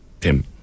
Tim